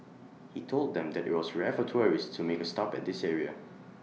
he told them that IT was rare for tourists to make A stop at this area